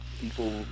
people